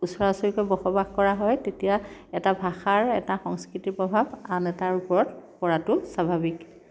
ওচৰা ওচৰিকৈ বসবাস কৰা হয় তেতিয়া এটা ভাষাৰ এটা সংস্কৃতিৰ প্ৰভাৱ আন এটাৰ ওপৰত পৰাতো স্বাভাৱিক